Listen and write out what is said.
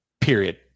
period